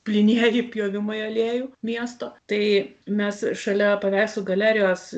plynieji pjovimai aliejų miesto tai mes šalia paveikslų galerijos